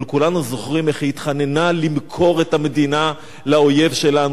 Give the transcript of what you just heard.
אבל כולנו זוכרים איך היא התחננה למכור את המדינה לאויב שלנו,